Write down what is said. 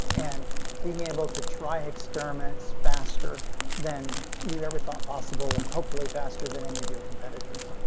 and being able to try experiments faster than you ever thought possible, and hopefully faster than any of your competitors.